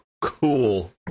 cool